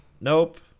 nope